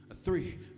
three